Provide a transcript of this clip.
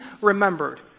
remembered